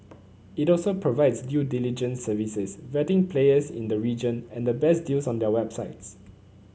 it also provides due diligence services vetting players in the region and the best deals on their websites